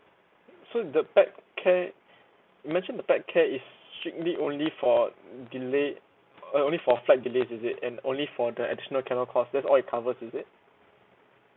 so the pet care you mentioned the pet care is strictly only for delayed uh only for flight delays is it and only for the additional cost that's all it covers is it